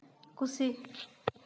ᱠᱩᱥᱤ